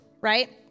right